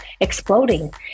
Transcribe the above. exploding